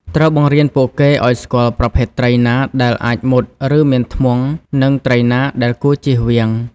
ត្រូវបង្រៀនពួកគេឱ្យសម្គាល់ ប្រភេទត្រី ណាដែលអាចមុត ឬ មានធ្មង់ និងត្រីណាដែលគួរជៀសវាង។